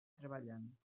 treballant